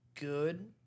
good